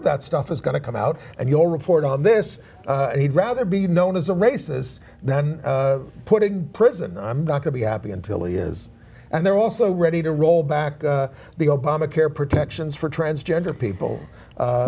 that stuff is going to come out and you'll report on this and he'd rather be known as the races then put in prison i'm not going to be happy until he is and they're also ready to roll back the obamacare protections for transgender people